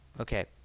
Okay